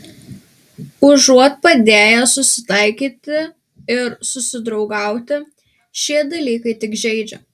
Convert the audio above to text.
užuot padėję susitaikyti ir susidraugauti šie dalykai tik žeidžia